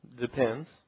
depends